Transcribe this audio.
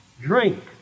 drink